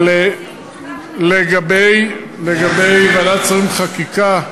לגבי ועדת השרים לחקיקה,